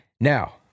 Now